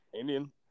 Indian